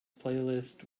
playlist